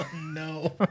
no